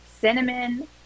cinnamon